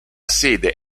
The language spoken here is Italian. sede